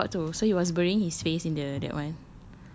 no he was about to so he was burying his face in the that one